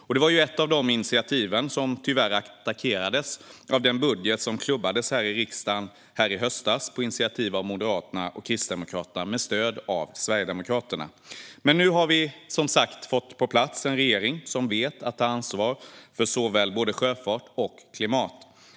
Detta var ett av de initiativ som tyvärr attackerades av den budget som klubbades här i riksdagen i höstas på initiativ av Moderaterna och Kristdemokraterna, med stöd av Sverigedemokraterna. Men nu har vi, som sagt, fått på plats en regering som vet att ta ansvar för både sjöfart och klimat.